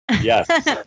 Yes